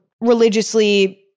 religiously